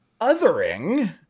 othering